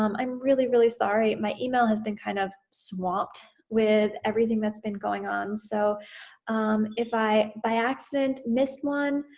um i'm really, really sorry, my email has been kind of swamped with everything that's been going on. so if i by accident missed one